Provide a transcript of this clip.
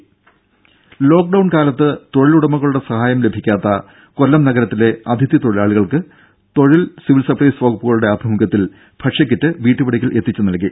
രും lockdown കാലത്ത് തൊഴിലുടമകളുടെ സഹായം ലഭിക്കാത്ത കൊല്ലം നഗരത്തിലെ അതിഥി തൊഴിലാളികൾക്ക് തൊഴിൽ സിവിൽ സപ്ലൈസ് വകുപ്പുകളുടെ ആഭിമുഖ്യത്തിൽ ഭക്ഷ്യക്കിറ്റ് വീട്ടുപടിക്കൽ എത്തിച്ചു നൽകി